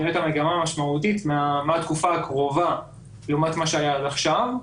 את המגמה המשמעותית מהתקופה הקרובה לעומת מה שהיה עד עכשיו.